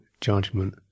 judgment